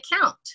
account